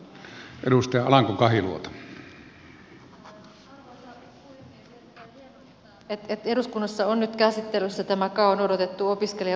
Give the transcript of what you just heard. erittäin hienoa että eduskunnassa on nyt käsittelyssä tämä kauan odotettu opiskelija ja oppilashuoltolaki